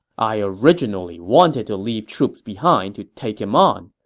i originally wanted to leave troops behind to take him on,